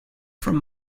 from